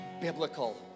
biblical